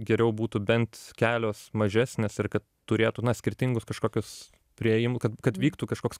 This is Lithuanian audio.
geriau būtų bent kelios mažesnės ir kad turėtų na skirtingus kažkokius priėjim kad kad vyktų kažkoks